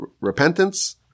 Repentance